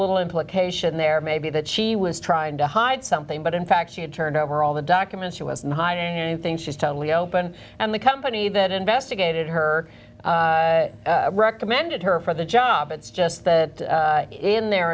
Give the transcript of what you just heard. little implication there maybe that she was trying to hide something but in fact she had turned over all the documents to us and hiding anything she's totally open and the company that investigated her recommended her for the job it's just that in their